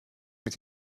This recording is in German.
mit